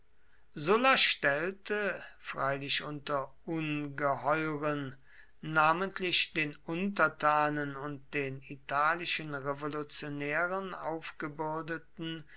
sulla stellte freilich unter ungeheuren namentlich den untertanen und den italischen revolutionären